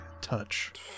touch